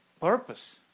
purpose